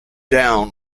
down